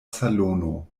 salono